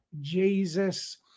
Jesus